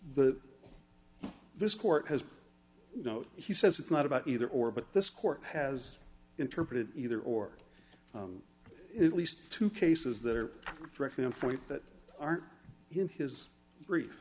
the this court has no he says it's not about either or but this court has interpreted either or at least two cases that are directly in front that aren't in his